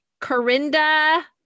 Corinda